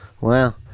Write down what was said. Wow